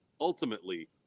ultimately